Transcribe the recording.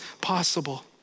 possible